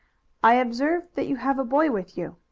i observe that you have a boy with you?